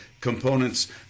components